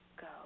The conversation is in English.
go